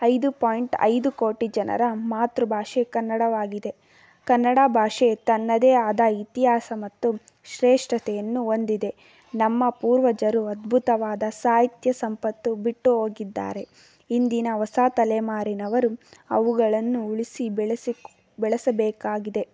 ಐದು ಪಾಯಿಂಟ್ ಐದು ಕೋಟಿ ಜನರ ಮಾತೃಭಾಷೆ ಕನ್ನಡವಾಗಿದೆ ಕನ್ನಡ ಭಾಷೆ ತನ್ನದೇ ಆದ ಇತಿಹಾಸ ಮತ್ತು ಶ್ರೇಷ್ಠತೆಯನ್ನು ಹೊಂದಿದೆ ನಮ್ಮ ಪೂರ್ವಜರು ಅದ್ಭುತವಾದ ಸಾಹಿತ್ಯ ಸಂಪತ್ತು ಬಿಟ್ಟು ಹೋಗಿದ್ದಾರೆ ಇಂದಿನ ಹೊಸ ತಲೆಮಾರಿನವರು ಅವುಗಳನ್ನು ಉಳಿಸಿ ಬೆಳಸಿ ಬೆಳೆಸಬೇಕಾಗಿದೆ